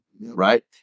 Right